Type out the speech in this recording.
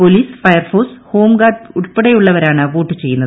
police fire force home guard ഉൾപ്പെടെയുള്ളവരാണ് vote ചെയ്യുന്നത്